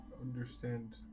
understand